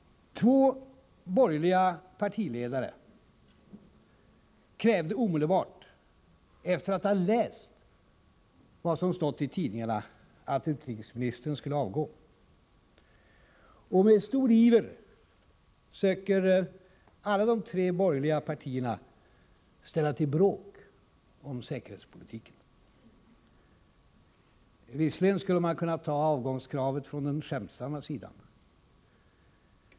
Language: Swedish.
Två borgerliga partiledare krävde omedelbart efter att ha läst vad som stått itidningarna att utrikesministern skulle avgå. Med stor iver söker alla de tre borgerliga partierna ställa till bråk om säkerhetspolitiken. Visserligen skulle man kunna ta avgångskravet från den skämtsamma sidan.